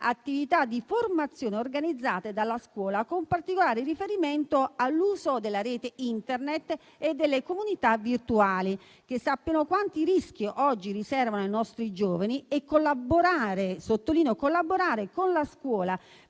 attività di formazione organizzate dalla scuola, con particolare riferimento all'uso della rete Internet e delle comunità virtuali, affinché sappiano quanti rischi oggi riservano ai nostri giovani e collaborare - sottolineo collaborare - con la scuola